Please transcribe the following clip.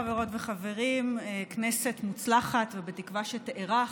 חברות וחברים, כנסת מוצלחת ובתקווה שתארך.